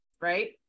right